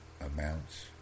amounts